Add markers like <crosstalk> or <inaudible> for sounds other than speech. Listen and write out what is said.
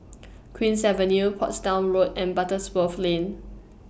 <noise> Queen's Avenue Portsdown Road and Butterworth Lane